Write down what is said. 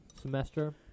semester